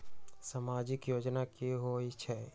समाजिक योजना की होई छई?